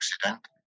accident